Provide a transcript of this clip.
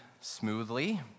smoothly